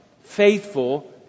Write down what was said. Faithful